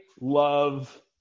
love